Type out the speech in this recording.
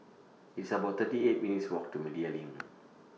It's about thirty eight minutes' Walk to Media LINK